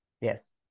yes